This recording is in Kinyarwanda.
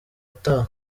ataha